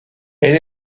elle